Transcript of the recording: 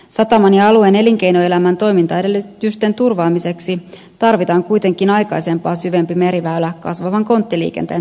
sataman ja alueen elinkeinoelämän toimintaedellytysten turvaamiseksi tarvitaan kuitenkin aikaisempaa syvempi meriväylä kasvavan konttiliikenteen tarpeisiin